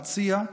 המציע,